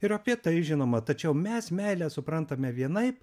ir apie tai žinoma tačiau mes meilę suprantame vienaip